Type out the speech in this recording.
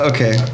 Okay